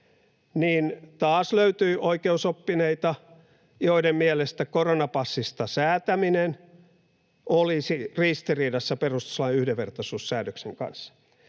niin taas löytyi oikeusoppineita, joiden mielestä koronapassista säätäminen olisi ristiriidassa perustuslain yhdenvertaisuussäännöksen kanssa.